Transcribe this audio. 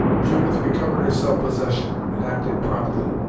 judith recovered her self possession, and acted promptly.